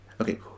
Okay